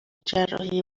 جراحی